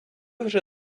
вже